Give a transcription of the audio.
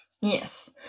Yes